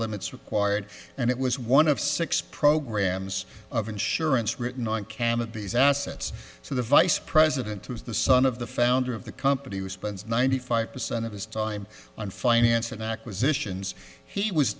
limits required and it was one of six programs of insurance written on cam of these assets so the vice president was the son of the founder of the company who spends ninety five percent of his time on finance and acquisitions he was